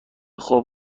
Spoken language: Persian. خوب